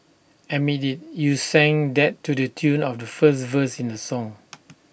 admit IT you sang that to the tune of the first verse in the song